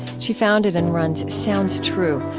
she founded and runs sounds true,